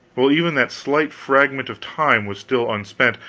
while even that slight fragment of time was still unspent,